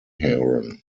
heron